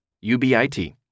U-B-I-T